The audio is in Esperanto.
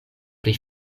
pri